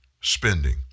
spending